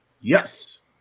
Yes